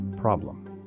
problem